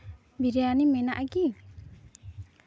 ᱵᱤᱨᱭᱟᱱᱤ ᱢᱮᱱᱟᱜ ᱟᱠᱤ